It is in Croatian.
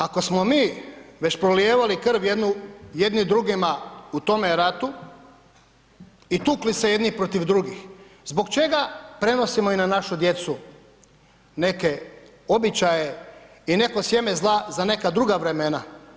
Ako smo mi već prolijevali krv jedni drugima u tome ratu i tukli se jedni protiv drugih, zbog čega prenosimo i na našu djecu neke običaje i neko sjeme zla za neka druga vremena?